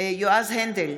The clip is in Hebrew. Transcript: יועז הנדל,